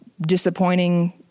disappointing